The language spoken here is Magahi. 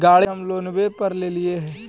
गाड़ी हम लोनवे पर लेलिऐ हे?